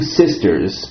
sisters